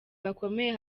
bakomeye